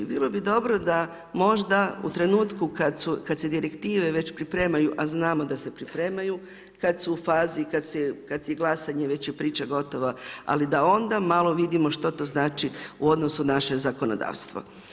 Bilo bi dobro da možda u trenutku kad se direktive već pripremaju, a znamo da se pripremaju, kad su u fazi i kad je glasanje već je priča gotova, ali da onda malo, vidimo što to znači u odnosu naše zakonodavstvo.